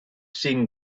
seen